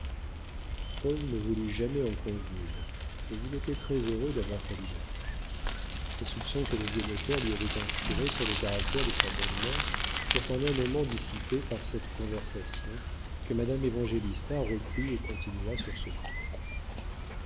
paul ne voulut jamais en convenir mais il était très-heureux d'avoir sa liberté les soupçons que le vieux notaire lui avait inspirés sur le caractère de sa belle-mère furent en un moment dissipés par cette conversation que madame évangélista reprit et continua sur ce ton